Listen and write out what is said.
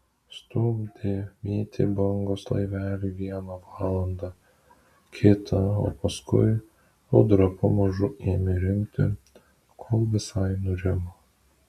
stumdė mėtė bangos laivelį vieną valandą kitą o paskui audra pamažu ėmė rimti kol visai nurimo